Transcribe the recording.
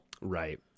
Right